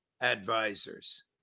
advisors